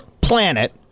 planet